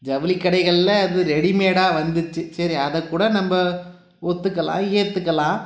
ஜவுளி கடைகளில் அது ரெடிமேடாக வந்துச்சு சரி அதக்கூட நம்ப ஒற்றுக்கலாம் ஏற்றுக்கலாம்